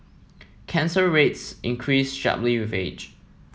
cancer rates increase sharply with age